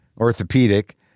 Orthopedic